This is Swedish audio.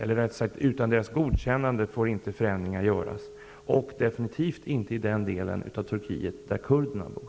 Eller rättare sagt: Utan militärens godkännande får inte förändringar göras och definitivt inte i den del av Turkiet där kurderna bor.